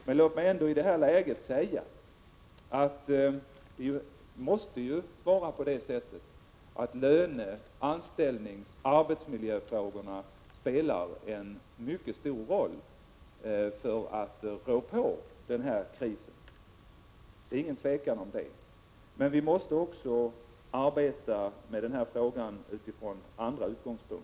Men låt mig ändå säga att löne-, anställningsoch arbetsmiljöfrågorna spelar en mycket stor roll när det gäller att rå på den här krisen. Det är inget tvivel om det. Men vi måste arbeta med dessa frågor också utifrån andra utgångspunkter.